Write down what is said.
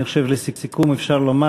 אני חושב שלסיכום אפשר לומר,